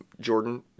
Jordan